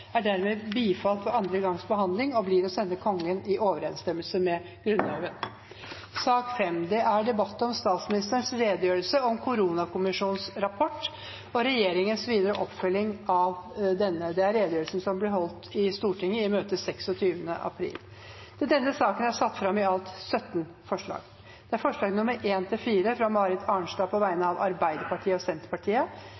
er dermed bifalt ved andre gangs behandling og blir å sende Kongen i overenstemmelse med Grunnloven. Under debatten er det satt fram i alt 17 forslag. Det forslagene nr. 1–4, fra Marit Arnstad på vegne